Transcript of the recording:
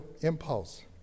impulse